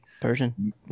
Persian